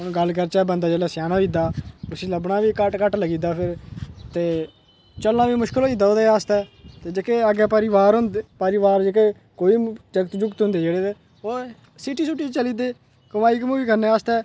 हून गल्ल करचै बंदा जेल्लै सेआना होई जंदा उसी लब्भना बी घट्ट घट्ट लग्गी दा फिर ते चलना बी मुश्कल होई दा ओह्दे आस्तै ते जेह्के अग्गें परिवार होंदे परिवार जेह्के कोई बी जागत जुगत होंदे जेह्ड़े ते ओह् सिटी सुटी च चली दे कमाई कमुई करने आस्तै